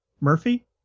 Murphy